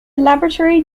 laboratory